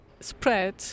spread